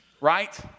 Right